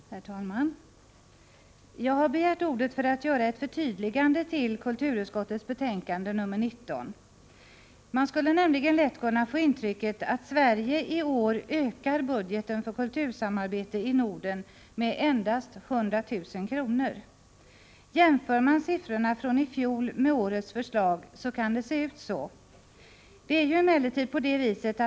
Herr talman! Jag har begärt ordet för att göra ett förtydligande till kulturutskottets betänkande nr 19. Man skulle nämligen lätt kunna få intrycket att Sverige i år ökar budgeten för kultursamarbete i Norden med endast 100 000 kr. Jämför man siffrorna från i fjol med årets förslag, kan det se ut så.